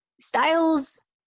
styles